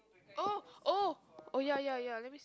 oh oh oh ya ya ya let me see